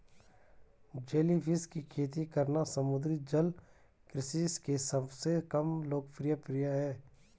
jellyfish की खेती करना समुद्री जल कृषि के सबसे कम लोकप्रिय है